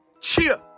cheer